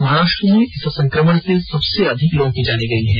महाराष्ट्र में इस संक्रमण से सबसे अधिक लोगों की जाने गई हैं